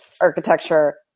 architecture